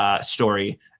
story